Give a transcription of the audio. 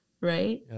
Right